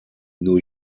new